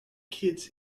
kids